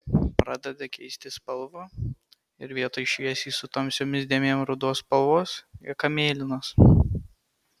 pradeda keisti spalvą ir vietoj šviesiai su tamsiom dėmėm rudos spalvos lieka mėlynas